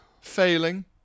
Failing